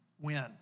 win